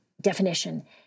definition